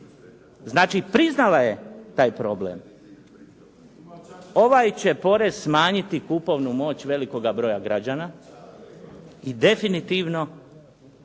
Znači, priznala je taj problem. Ovaj će porez smanjiti kupovnu moć velikoga broja građana i definitivno